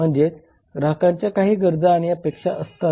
म्हणजे ग्राहकांच्या काही गरजा आणि अपेक्षा असतात